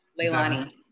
Leilani